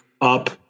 up